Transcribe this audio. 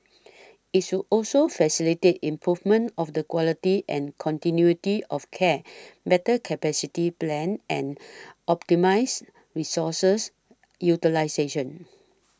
it should also facilitate improvement of the quality and continuity of care better capacity plan and optimise resources utilisation